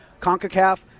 CONCACAF